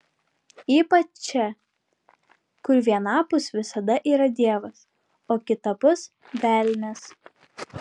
ypač čia kur vienapus visada yra dievas o kitapus velnias